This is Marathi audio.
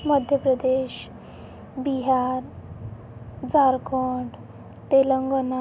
मध्य प्रदेश बिहार झारखंड तेलंगणा